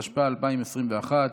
התשפ"א 2021,